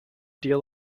deal